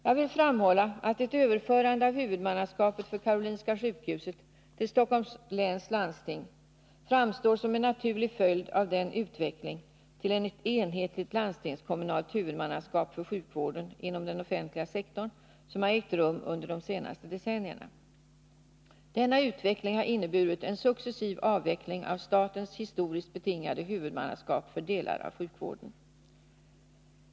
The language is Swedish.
Jag vill framhålla att ett överförande av huvudmannaskapet för Karolinska sjukhuset till Stockholms läns landsting framstår som en naturlig följd av den utveckling till ett enhetligt landstingskommunalt huvudmannaskap för sjukvården inom den offentliga sektorn som har ägt rum under de senaste decennierna. Denna utveckling har inneburit en successiv avveckling av statens historiskt betingade huvudmannaskap för delar av sjukvården.